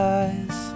eyes